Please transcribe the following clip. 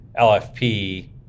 LFP